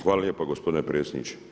Hvala lijepa gospodine predsjedniče.